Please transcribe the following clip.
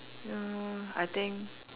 ya I think